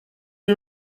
lui